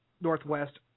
Northwest